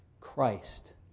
Christ